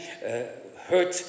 hurt